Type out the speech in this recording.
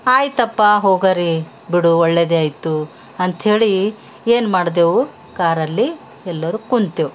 ಆಯ್ತಪ್ಪ ಹೋಗರಿ ಬಿಡು ಒಳ್ಳೆದೇ ಆಯಿತು ಅಂತೇಳಿ ಏನು ಮಾಡಿದೆವು ಕಾರಲ್ಲಿ ಎಲ್ಲರು ಕುಂತೆವು